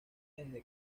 desde